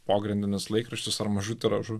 pogrindinis laikraštis ar mažu tiražu